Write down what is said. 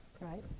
right